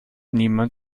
niemand